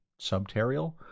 subterial